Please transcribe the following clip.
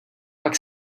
pak